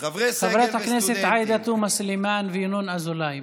חברי הכנסת עאידה תומא סלימאן וינון אזולאי,